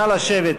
נא לשבת.